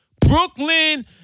Brooklyn